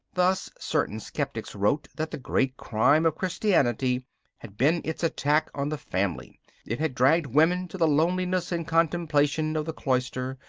thus, certain sceptics wrote that the great crime of christianity had been its attack on the family it had dragged women to the loneliness and contemplation of the cloister,